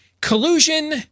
collusion